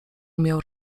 umiał